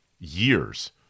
years